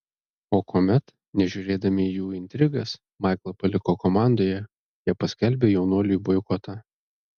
o kuomet nežiūrėdami į jų intrigas maiklą paliko komandoje jie paskelbė jaunuoliui boikotą